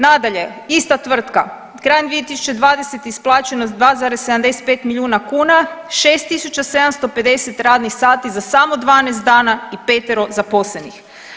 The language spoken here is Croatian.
Nadalje, ista tvrtka krajem 2020. isplaćeno 2,75 milijuna kuna, 6750 radnih sati za samo 12 dana i petero zaposlenih.